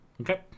Okay